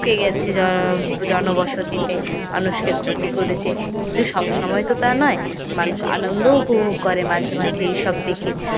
ঢুকে গেছে জনবসতিতে মানুষকে ক্ষতি করেছে কিন্তু সবসময় তো তা নয় মানুষ আনন্দও উপভোগ করে মাঝে মাঝে এসব দেখে